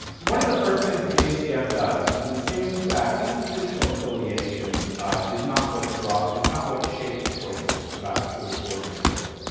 one of the first things the acf does is it assumes that institutional affiliation is not what draw is not what shapes choices about who to coordinate with.